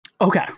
Okay